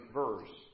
verse